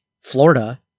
Florida